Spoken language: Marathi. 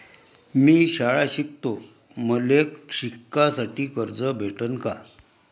मी शाळा शिकतो, मले शिकासाठी कर्ज भेटन का?